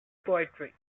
poetry